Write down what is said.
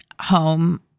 home